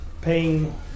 paying